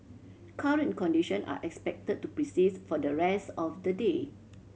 current condition are expected to persists for the rest of the day